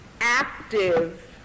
active